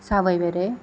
सावयवेंरें